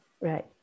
Right